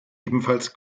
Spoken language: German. ebenfalls